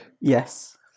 Yes